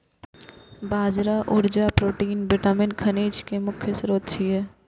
बाजरा ऊर्जा, protein, vitamin, खनिज के मुख्य स्रोत छियै